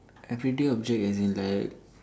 everyday object as in like